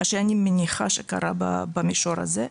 מה שאני מניחה שקרה במישור הזה,